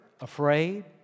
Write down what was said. Afraid